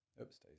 Oops